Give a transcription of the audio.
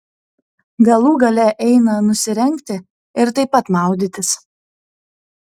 galų gale eina nusirengti ir taip pat maudytis